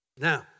Now